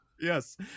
Yes